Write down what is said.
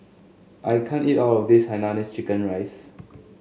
I can't eat all of this Hainanese Chicken Rice